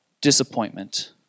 disappointment